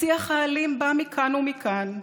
השיח האלים בא מכאן ומכאן.